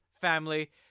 family